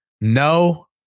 No